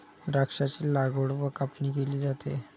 द्राक्षांची लागवड व कापणी केली जाते